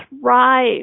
thrive